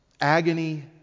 agony